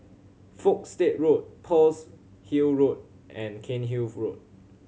Folkestone Road Pearl's Hill Road and Cairnhill Road